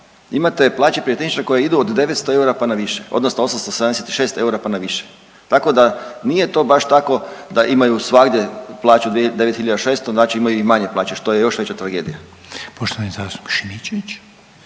Imate plaće pirotehničara koje idu od 900 eura pa na više, odnosno 876 eura pa na više, tako da nije to baš tako da imaju svagdje plaću 9600, znači imaju i manje plaće što je još veća tragedija. **Reiner,